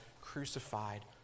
crucified